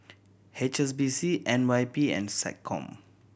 H S B C N Y P and SecCom